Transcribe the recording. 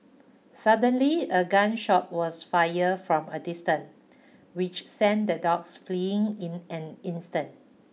suddenly a gun shot was fired from a distance which sent the dogs fleeing in an instant